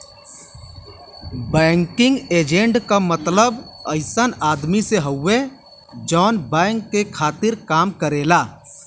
banking agent क मतलब अइसन आदमी से हउवे जौन बैंक के खातिर काम करेला